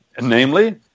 namely